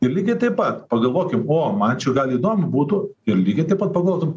ir lygiai taip pat pagalvokim o man čia jau gal įdomu būtų ir lygiai taip pat pagalvotum